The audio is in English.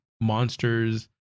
monsters